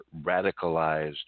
radicalized